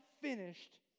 finished